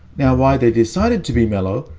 now, why they decided to be mellow,